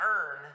earn